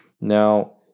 Now